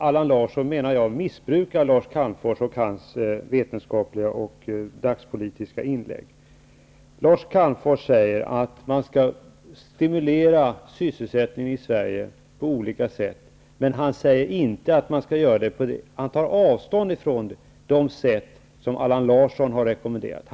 Jag menar att Allan Larsson missbrukar Lars Lars Calmfors säger att man skall stimulera sysselsättningen i Sverige på olika sätt, men han tar avstånd från det sätt som Allan Larsson har rekommenerat.